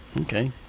Okay